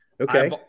okay